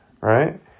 right